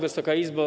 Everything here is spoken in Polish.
Wysoka Izbo!